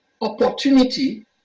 opportunity